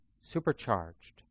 supercharged